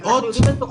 מאות?